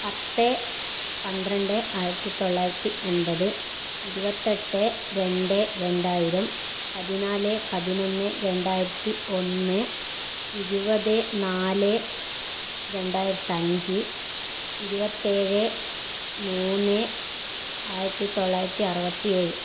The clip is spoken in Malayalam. പത്ത് പന്ത്രണ്ട് ആയിരത്തി തൊള്ളായിരത്തി എൺപത് ഇരുപത്തെട്ട് രണ്ട് രണ്ടായിരം പതിനാല് പതിനൊന്ന് രണ്ടായിരത്തി ഒന്ന് ഇരുപത് നാല് രണ്ടായിരത്തഞ്ച് ഇരുപത്തേഴ് മൂന്ന് ആയിരത്തി തൊള്ളായിരത്തി അറുപത്തി ഏഴ്